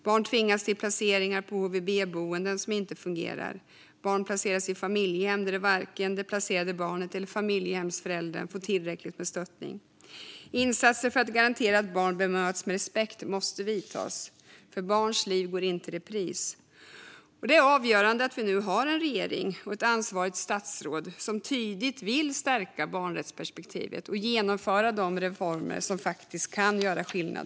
Barn tvingas till placeringar på HVB-boenden som inte fungerar. Barn placeras i familjehem där varken det placerade barnet eller familjehemsföräldern får tillräckligt med stöttning. Insatser för att garantera att barn bemöts med respekt måste göras, för barns liv går inte i repris. Det är avgörande att vi nu har en regering och ett ansvarigt statsråd som tydligt vill stärka barnrättsperspektivet och genomföra de reformer som faktiskt kan göra skillnad.